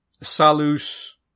Salus